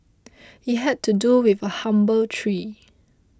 it had to do with a humble tree